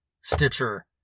Stitcher